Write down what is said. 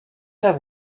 have